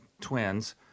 twins